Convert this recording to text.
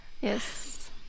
Yes